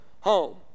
home